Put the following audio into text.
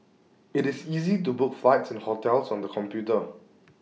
IT is easy to book flights and hotels on the computer